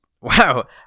Wow